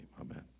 amen